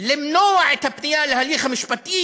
למנוע את הפנייה להליך המשפטי,